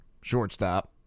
Shortstop